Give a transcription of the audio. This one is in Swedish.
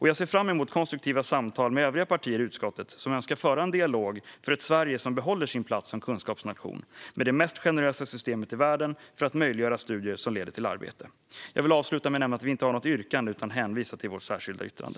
Jag ser fram emot konstruktiva samtal med övriga partier i utskottet som önskar föra en dialog för ett Sverige som behåller sin plats som kunskapsnation med det mest generösa systemet i världen för att möjliggöra studier som leder till arbete. Jag vill avsluta med att nämna att vi inte har något yrkande, utan jag hänvisar till vårt särskilda yttrande.